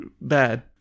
bad